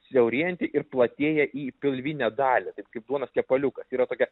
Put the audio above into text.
siaurėjanti ir platėja į pilvinę dalį taip kaip duonos kepaliukas yra tokia